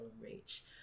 reach